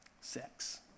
sex